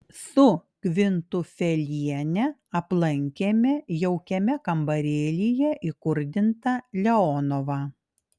su kvintufeliene aplankėme jaukiame kambarėlyje įkurdintą leonovą